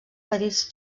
petits